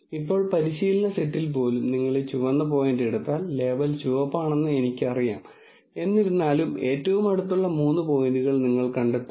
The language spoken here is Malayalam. ഇപ്പോൾ രസകരമായ കാര്യം എന്തെന്നാൽ ഇത് നമ്മൾക്ക് അനുയോജ്യമല്ലെങ്കിൽ രാസവസ്തു മോശമാണ് എന്നല്ല നിഗമനം കാരണം ഇത് ഈ പ്രത്യേക കേസിൽ പ്രവർത്തിക്കുമെന്ന് തെളിയിക്കപ്പെട്ടിട്ടുള്ളതിനാൽ നിങ്ങൾ നടത്തിയ അനുമാനം ശരിയല്ലെന്ന് നിങ്ങൾ അനുമാനിക്കും